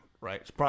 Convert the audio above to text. right